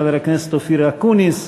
חבר הכנסת אופיר אקוניס,